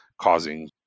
causing